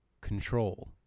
control